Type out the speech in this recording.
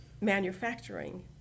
manufacturing